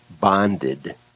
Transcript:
bonded